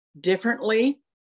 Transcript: differently